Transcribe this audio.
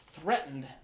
threatened